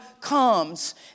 comes